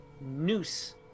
noose